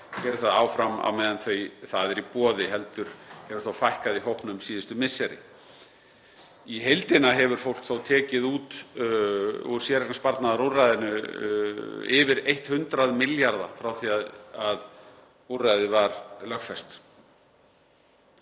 geri það áfram á meðan það er í boði. Heldur hefur þó fækkað í hópnum síðustu misseri. Í heildina hefur fólk þó tekið út úr séreignarsparnaðarúrræðinu yfir 100 milljarða frá því að úrræðið var lögfest.